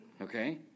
Okay